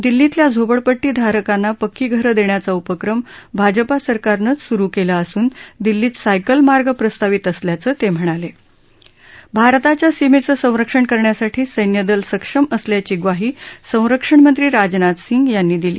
दिल्लीतल्या झोपडपट्धीधारकांना पक्की घरं दप्रयाचा उपक्रम भाजपा सरकारनंच सुरु काला असून दिल्लीत सायकल मार्ग प्रस्तावित असल्याचं त म्हणाल भारताच्या सीमब्रां संरक्षण करण्यासाठी सैन्यदल सक्षम असल्याची ग्वाही संरक्षण मंत्री राजनाथ सिंग यांनी दिली